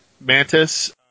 Mantis